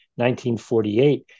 1948